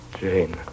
Jane